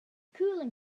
cooling